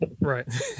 Right